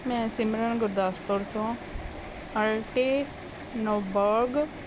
ਮੈਂ ਸਿਮਰਨ ਗੁਰਦਾਸਪੁਰ ਤੋਂ ਅਲਟੀਨੋਬੋਗ